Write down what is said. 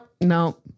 no